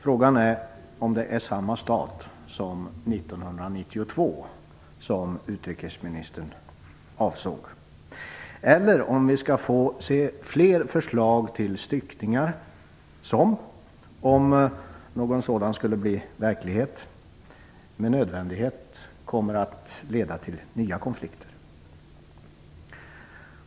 Frågan är om det är samma stat som 1992 som utrikesministern avser, eller om vi skall få se flera förslag till styckningar. Om något sådant skulle bli verklighet skulle det med nödvändighet att leda till nya konflikter.